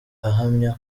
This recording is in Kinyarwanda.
ahamya